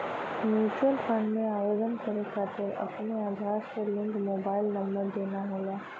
mutual fund में आवेदन करे खातिर अपने आधार से लिंक मोबाइल नंबर देना होला